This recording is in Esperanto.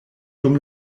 dum